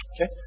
Okay